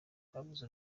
babuze